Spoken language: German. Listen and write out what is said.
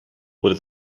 oder